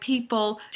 people